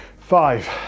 five